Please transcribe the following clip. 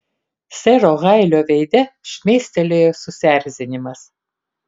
sero hailo veide šmėstelėjo susierzinimas